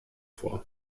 vor